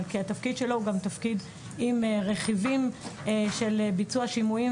כי התפקיד שלו הוא גם תפקיד עם רכיבים של ביצוע שימועים